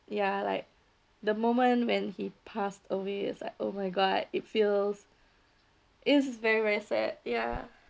ya like the moment when he passed away is like oh my god it feels is very very sad ya